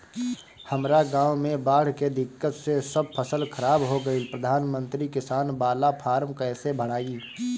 हमरा गांव मे बॉढ़ के दिक्कत से सब फसल खराब हो गईल प्रधानमंत्री किसान बाला फर्म कैसे भड़ाई?